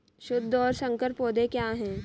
शुद्ध और संकर पौधे क्या हैं?